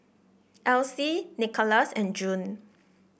Elyse Nickolas and June